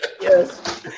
Yes